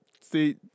see